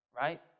Right